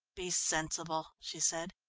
be sensible, she said.